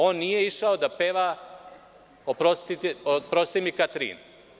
On nije išao da peva – Oprosti mi Katrin.